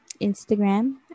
Instagram